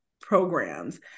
programs